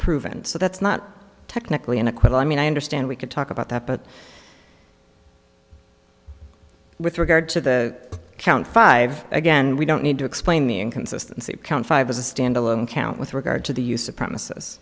proven so that's not technically an acquittal i mean i understand we could talk about that but with regard to the count five again we don't need to explain the inconsistency of count five as a stand alone count with regard to the use of premises